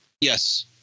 Yes